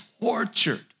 tortured